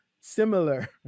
similar